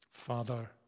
Father